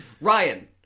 Ryan